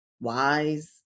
wise